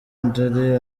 ndoli